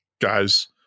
guys